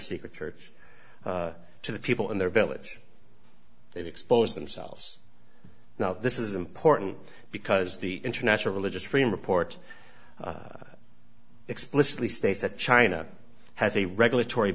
secret church to the people in their village they expose themselves now this is important because the international religious freedom report explicitly states that china has a regulatory